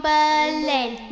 Berlin